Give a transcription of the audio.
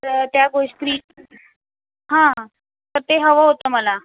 तर त्या गोष्टी हां तर ते हवं होतं मला